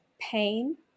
pain